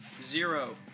Zero